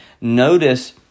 Notice